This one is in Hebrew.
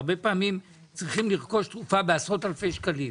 והרבה פעמים צריכים לרכוש תרופה בעשרות אלפי שקלים,